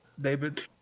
David